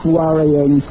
worrying